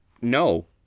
No